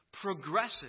progressive